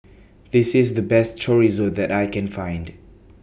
This IS The Best Chorizo that I Can Find